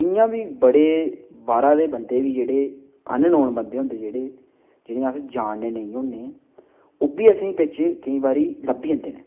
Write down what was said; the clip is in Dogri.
इ'यां बी बड़े बाह्रा दे बंदे बी जेह्ड़े अननाउन बंदे होंदे जेह्ड़े जि'नेंगी अस जानने नेईं होन्ने ओह् बी असेंगी बिच्च केईं बारी लब्भी जंदे न